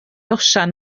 osian